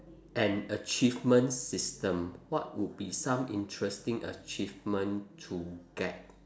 an achievement system what would be some interesting achievement to get